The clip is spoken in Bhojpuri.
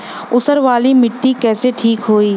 ऊसर वाली मिट्टी कईसे ठीक होई?